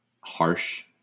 harsh